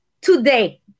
today